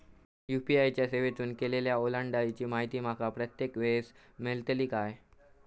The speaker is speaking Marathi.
यू.पी.आय च्या सेवेतून केलेल्या ओलांडाळीची माहिती माका प्रत्येक वेळेस मेलतळी काय?